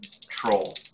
troll